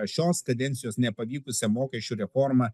šios kadencijos nepavykusią mokesčių reformą